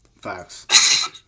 Facts